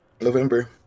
November